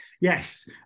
Yes